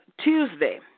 Tuesday